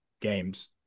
games